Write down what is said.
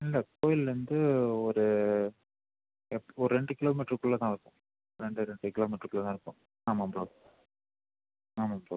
இல்லை கோயிலேருந்து ஒரு ஒரு ரெண்டு கிலோமீட்டர்க்குள்ளே தான் வரும் ரெண்டே ரெண்டு கிலோமீட்டர்க்குள்ளே தான் இருக்கும் ஆமாம் ப்ரோ ஆமாம் ப்ரோ